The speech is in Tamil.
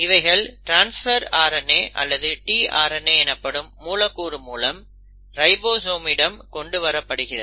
இவைகள் ட்ரான்ஸ்பர் RNA அல்லது tRNA எனப்படும் மூலக்கூறு மூலம் ரைபோசோமிடம் கொண்டு வரப்படுகிறது